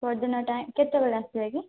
ଭୋଜନ ଟାଇମ୍ କେତେବେଳେ ଆସିବେ କି